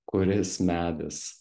kuris medis